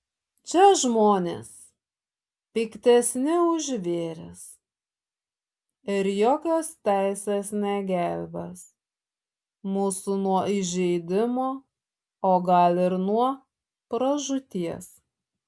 čia žmonės piktesni už žvėris ir jokios teisės negelbės mūsų nuo įžeidimo o gal ir nuo pražūties